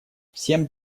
всем